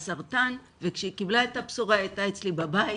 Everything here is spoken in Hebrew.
סרטן וכשהיא קיבלה את הבשורה היא הייתה אצלי בבית